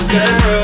Girl